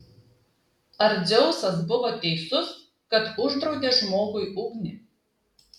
ar dzeusas buvo teisus kad uždraudė žmogui ugnį